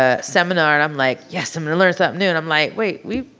ah seminar and i'm like, yes i'm gonna learn something new and i'm like wait we